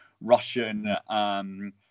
Russian